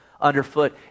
underfoot